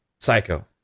Psycho